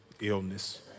illness